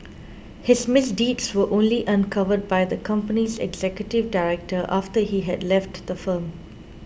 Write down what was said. his misdeeds were only uncovered by the company's executive director after he had left the firm